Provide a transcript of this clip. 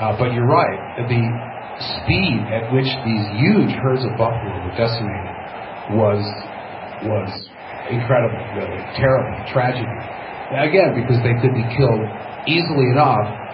ah but you're right, the speed at which these huge herds of buffalo over decimated was was incredible really, terrible tragedy yeah again, because they could be killed easily enough,